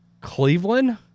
Cleveland